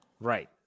Right